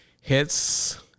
hits